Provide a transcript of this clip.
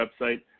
website